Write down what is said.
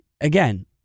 again